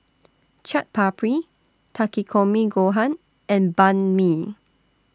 Chaat Papri Takikomi Gohan and Banh MI